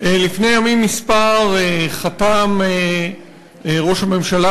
לפני ימים מספר חתם ראש הממשלה,